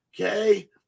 okay